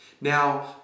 Now